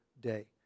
day